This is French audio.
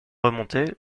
remontés